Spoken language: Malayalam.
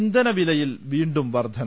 ഇന്ധനവിലയിൽ വീണ്ടും വർധന